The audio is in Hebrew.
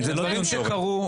אלה דברים שקרו.